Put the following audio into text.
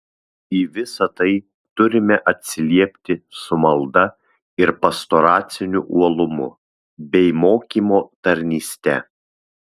į visa tai turime atsiliepti su malda ir pastoraciniu uolumu bei mokymo tarnyste